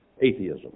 atheism